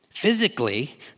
Physically